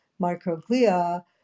microglia